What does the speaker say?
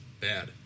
Bad